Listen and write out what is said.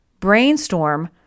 brainstorm